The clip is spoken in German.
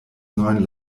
neuen